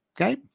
Okay